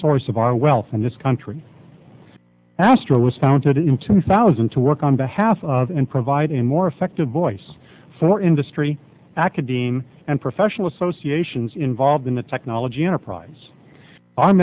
source of our wealth in this country astra was founded in two thousand to work on behalf of and provide in more effective voice for industry academe and professional associations involved in the technology enterprise our